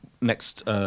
next